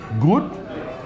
good